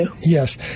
Yes